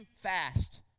fast